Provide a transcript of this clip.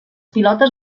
pilotes